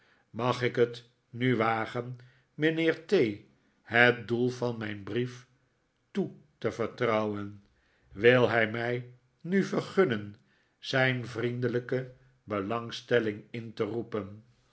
mag ik het nu wagen mijnheer t het doel van mijn brief toe te vertrouwen wil hij mij nu vergunnen zijn vriendelijke belangstelling in te roepen